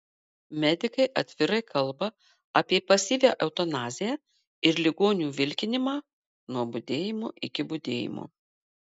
medikai atvirai kalba apie pasyvią eutanaziją ir ligonių vilkinimą nuo budėjimo iki budėjimo